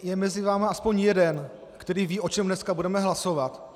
Je mezi vámi aspoň jeden, který ví, o čem dneska budeme hlasovat?